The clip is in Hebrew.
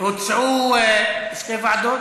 הוצעו שתי ועדות.